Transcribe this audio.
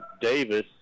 Davis